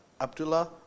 Abdullah